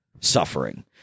suffering